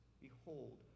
Behold